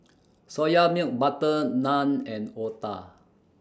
Soya Milk Butter Naan and Otah